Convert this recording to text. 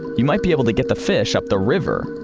you might be able to get the fish up the river,